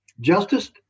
Justice